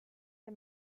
der